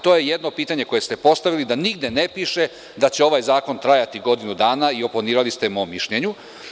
To je jedno pitanje koje ste postavili, da nigde ne piše da će ovaj zakon trajati godinu dana i oponirali ste mom mišljenju.